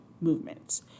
movements